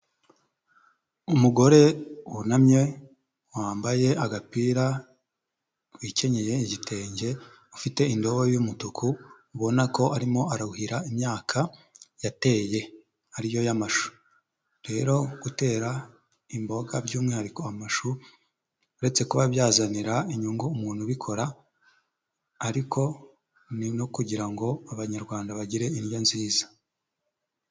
Umugore wunamye, wambaye agapira, ukenyeye igitenge, ufite indobo y'umutuku, ubona ko arimo aruhira imyaka yateye, ari yo y'amashu, rero gutera imboga by'umwihariko amashu, uretse kuba byazanira inyungu umuntu ubikora, ariko ni no kugira ngo Abanyarwanda bagire indyo nziza.